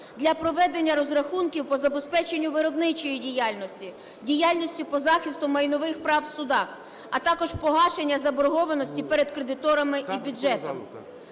для проведення розрахунків по забезпеченню виробничої діяльності, діяльності по захисту майнових прав в судах, а також погашення заборгованості перед кредиторами і бюджетом.